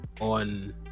on